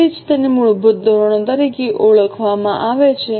તેથી જ તેને મૂળભૂત ધોરણો તરીકે ઓળખવામાં આવે છે